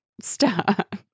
stop